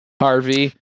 harvey